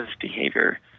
behavior